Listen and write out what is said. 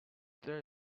there